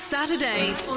Saturdays